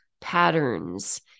patterns